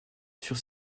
sur